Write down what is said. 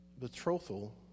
betrothal